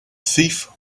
thief